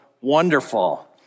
wonderful